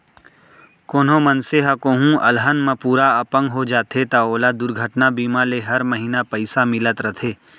कोनों मनसे ह कोहूँ अलहन म पूरा अपंग हो जाथे त ओला दुरघटना बीमा ले हर महिना पइसा मिलत रथे